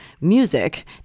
music